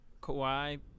Kawhi